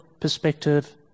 perspective